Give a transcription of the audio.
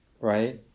right